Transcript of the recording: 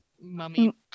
mummy